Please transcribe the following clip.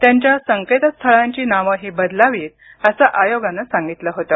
त्यांच्या संकेतस्थळांची नावंही बदलावीत असं आयोगानं सांगितलं होतं